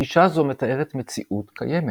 גישה זו מתארת מציאות קיימת,